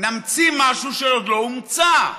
נמציא משהו שעוד לא הומצא.